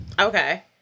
Okay